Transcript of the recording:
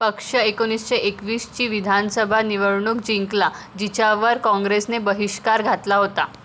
पक्ष एकोणीसशे एकवीसची विधानसभा निवडणूक जिंकला जिच्यावर काँग्रेसने बहिष्कार घातला होता